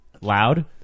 Loud